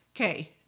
Okay